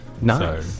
No